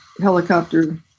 helicopter